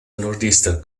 northeastern